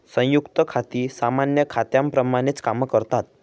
संयुक्त खाती सामान्य खात्यांप्रमाणेच काम करतात